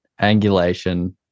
angulation